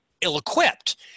ill-equipped